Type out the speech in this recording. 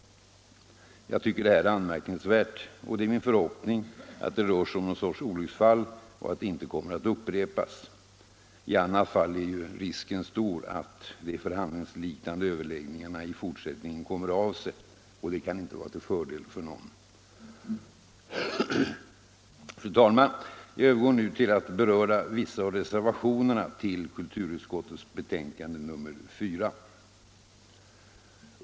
Jag finner detta anmärkningsvärt. Det är min förhoppning att det rör sig om en sorts olycksfall och att det inte kommer att upprepas. I annat fall är ju risken stor att de ”förhandlingsliknande överläggningarna” i fortsättningen kommer av sig — och det kan inte vara till fördel för någon. Fru talman! Jag övergår nu till att beröra vissa av reservationerna till kulturutskottets betänkande nr 4.